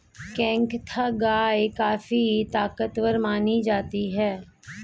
केंकथा गाय काफी ताकतवर मानी जाती है